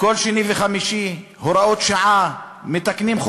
כל שני וחמישי הוראות שעה, מתקנים,